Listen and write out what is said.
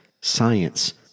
science